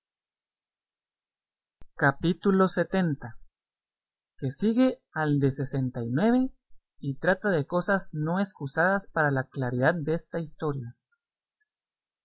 capítulo lxx que sigue al de sesenta y nueve y trata de cosas no escusadas para la claridad desta historia